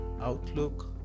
outlook